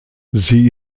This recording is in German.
sie